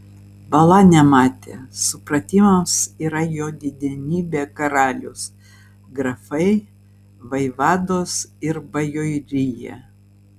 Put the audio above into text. bala nematė supratimams yra jo didenybė karalius grafai vaivados ir bajorija